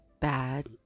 bad